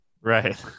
Right